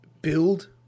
build